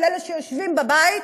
של אלה שיושבים בבית,